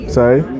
Sorry